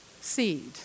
seed